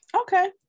okay